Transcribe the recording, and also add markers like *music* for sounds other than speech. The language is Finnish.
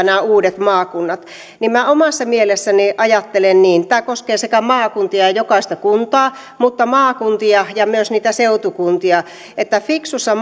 *unintelligible* nämä uudet maakunnat minä omassa mielessäni ajattelen niin tämä koskee sekä maakuntia ja ja jokaista kuntaa että maakuntia ja myös niitä seutukuntia että fiksussa *unintelligible*